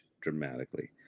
dramatically